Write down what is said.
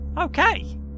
Okay